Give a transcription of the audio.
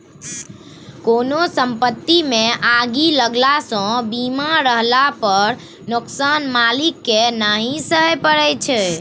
कोनो संपत्तिमे आगि लगलासँ बीमा रहला पर नोकसान मालिककेँ नहि सहय परय छै